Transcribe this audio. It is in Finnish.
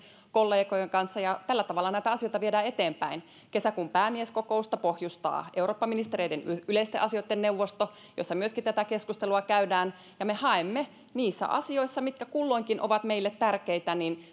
kollegojen kanssa ja tällä tavalla näitä asioita viedään eteenpäin kesäkuun päämieskokousta pohjustaa eurooppaministereiden yleisten asioitten neuvosto jossa myöskin tätä keskustelua käydään ja me haemme niissä asioissa mitkä kulloinkin ovat meille tärkeitä